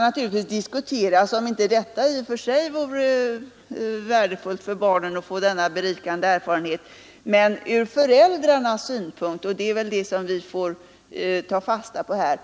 Naturligtvis kan det diskuteras om det inte i och för sig vore värdefullt för barnen att få denna berikande erfarenhet, men ur föräldrarnas synpunkt — och det är väl det vi får ta fasta på här